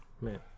man